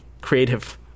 creative